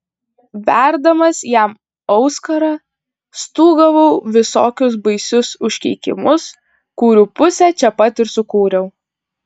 verdamas jam auskarą stūgavau visokius baisius užkeikimus kurių pusę čia pat ir sukūriau